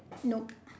nope